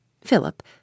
Philip